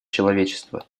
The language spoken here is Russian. человечества